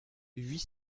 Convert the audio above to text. huit